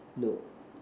no